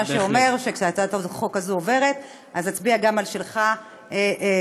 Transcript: מה שאומר שכשהצעת החוק הזאת עוברת אז נצביע גם על שלך שתעבור.